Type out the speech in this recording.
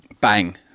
Bang